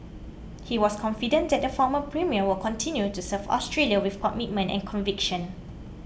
he was confident that the former premier will continue to serve Australia with commitment and conviction